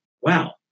wow